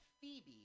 Phoebe